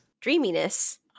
Dreaminess